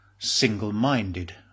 single-minded